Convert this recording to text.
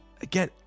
again